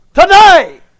Today